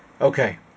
Okay